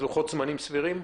אלו לוחות זמנים סבירים?